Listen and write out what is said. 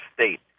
state